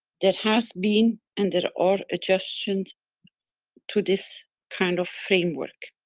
there has been and there are adjustions to this kind of framework.